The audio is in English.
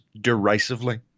derisively